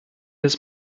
des